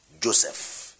Joseph